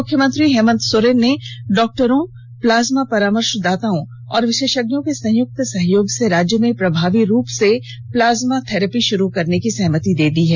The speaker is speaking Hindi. मुख्यमंत्री हेमंत सोरेन ने डॉक्टरों प्लाज़मा परामर्शदाताओं और विंशेषज्ञों के संयुक्त सहयोग से राज्य में प्रभावी रूप से प्लाज्मा थेरेपी शुरू करने की सहमति दे दी है